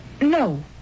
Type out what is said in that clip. No